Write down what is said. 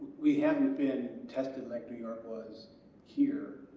we haven't been tested like new york was here.